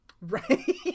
Right